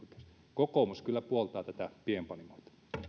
kokoomus kyllä puoltaa pienpanimoita